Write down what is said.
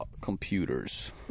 Computers